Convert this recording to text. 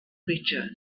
creature